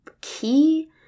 key